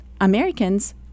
Americans